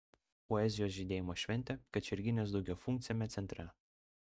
poezijos žydėjimo šventė kačerginės daugiafunkciame centre